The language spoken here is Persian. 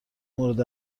مورد